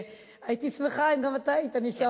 הייתי שמחה אם גם אתה היית נשאר,